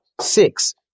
six